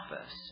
office